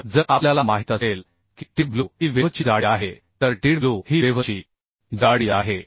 तर जर आपल्याला माहित असेल की tw ही वेव्हची जाडी आहे तर tw ही वेव्हची जाडी आहे